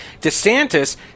DeSantis